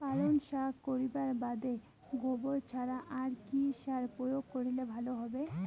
পালং শাক করিবার বাদে গোবর ছাড়া আর কি সার প্রয়োগ করিলে ভালো হবে?